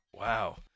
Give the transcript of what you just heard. Wow